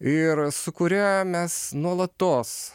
ir su kuria mes nuolatos